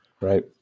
Right